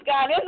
God